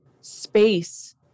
space